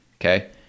Okay